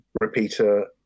Repeater